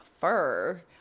fur